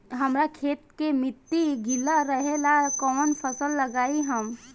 हमरा खेत के मिट्टी गीला रहेला कवन फसल लगाई हम?